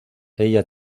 ella